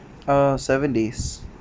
uh seven days